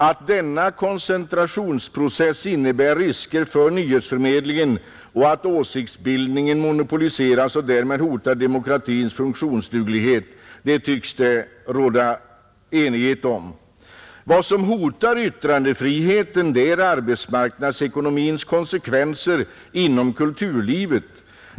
Att denna koncentrationsprocess innebär risker för nyhetsförmedlingen och att åsiktsbildningen monopoliseras och därmed hotar demokratins funktionsduglighet, tycks det råda enighet om. Vad som hotar yttrandefriheten är arbetsmarknadsekonomins konsekvenser inom kulturlivet.